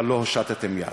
אבל לא הושטתם יד.